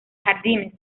jardines